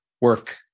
work